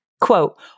Quote